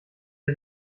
wir